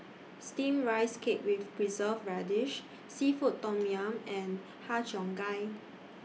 Steamed Rice Cake with Preserved Radish Seafood Tom Yum and Har Cheong Gai